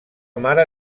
mare